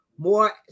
more